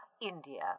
India